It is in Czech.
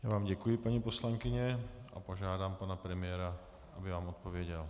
Já vám děkuji, paní poslankyně, a požádám pana premiéra, aby vám odpověděl.